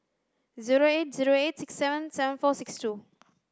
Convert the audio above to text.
zero eight zero eight six seven seven four six two